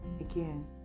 again